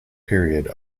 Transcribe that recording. period